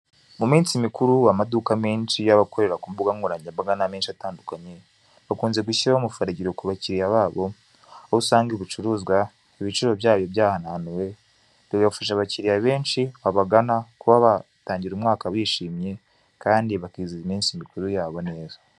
Mu minsi mikuru amaduka menshi y'abakorera ku mbuga nkoranyambaga n'amenshi atandukanye, akunze gushyiraho umufuragiro ku bakiliya babo, aho usanga ibicuruzwa ibiciro byayo byahananduwe, bifasha abakiliya benshi babagana kuba batangira umwaka bishimye kandi bakizihiza iminsi mikuru neza.